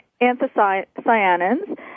anthocyanins